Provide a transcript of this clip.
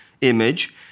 image